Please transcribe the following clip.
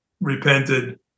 repented